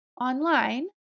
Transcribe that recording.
online